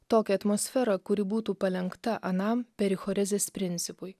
tokią atmosferą kuri būtų palenkta anam perichorezės principui